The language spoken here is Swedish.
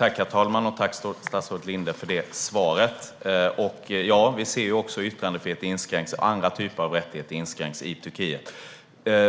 Herr talman! Tack, statsrådet Linde, för det svaret! Ja, vi ser hur yttrandefriheten och andra rättigheter inskränks i Turkiet.